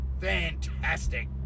fantastic